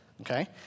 okay